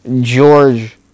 George